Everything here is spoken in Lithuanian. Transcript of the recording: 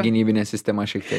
gynybinė sistema šiek tiek